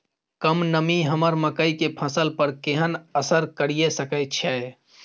कम नमी हमर मकई के फसल पर केहन असर करिये सकै छै?